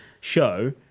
show